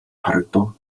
харагдав